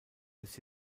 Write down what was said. des